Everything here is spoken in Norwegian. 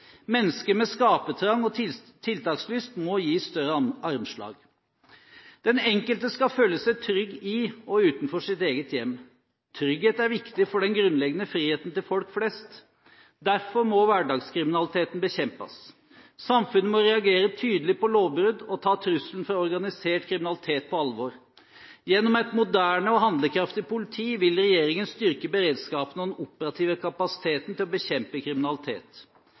Mennesker med skapertrang og tiltakslyst må gis større armslag. Den enkelte skal føle seg trygg i og utenfor sitt eget hjem. Trygghet er viktig for den grunnleggende friheten til folk flest. Derfor må hverdagskriminaliteten bekjempes. Samfunnet må reagere tydelig på lovbrudd og ta trusselen fra organisert kriminalitet på alvor. Gjennom et moderne og handlekraftig politi vil regjeringen styrke beredskapen og den operative kapasiteten til å bekjempe kriminalitet.